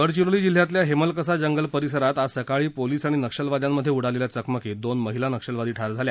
गडचिरोली जिल्ह्यातल्या हेमलकसा जंगल परिसरात आज सकाळी पोलिस आणि नक्षलवाद्यांमध्ये उडालेल्या चकमकीत दोन महिला नक्षलवादी ठार झाल्या